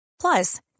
Plus